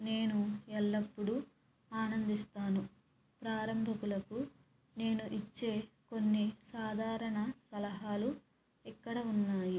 నేను ఎల్లప్పుడూ ఆనందిస్తాను ప్రారంభికులకు నేను ఇచ్చే కొన్ని సాధారణ సలహాలు ఇక్కడ ఉన్నాయి